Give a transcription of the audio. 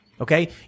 okay